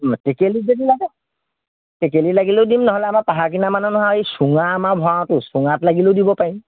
টেকেলিত যদি লাগে টেকেলিত লাগিলেও দিম নহ'লে আমাৰ পাহাৰ কিনাৰৰ মানুহ নহয় এই চুঙা আমাৰ ভৰাওঁটো চুঙাত লাগিলেও দিব পাৰিম